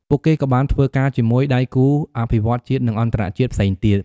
ពួកគេក៏បានធ្វើការជាមួយ ដៃគូអភិវឌ្ឍន៍ជាតិ និងអន្តរជាតិផ្សេងទៀត។